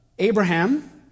Abraham